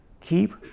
Keep